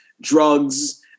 drugs